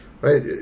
right